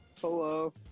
Hello